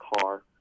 car